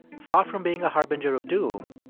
far from being a harbinger of doom,